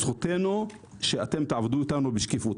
וזכותנו שאתם תעבדו איתנו בשקיפות.